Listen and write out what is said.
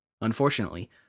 Unfortunately